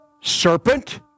Serpent